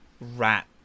rat